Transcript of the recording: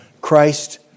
Christ